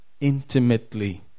intimately